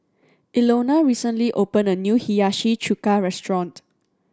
Ilona recently opened a new Hiyashi Chuka restaurant